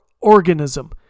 organism